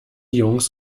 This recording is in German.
jungs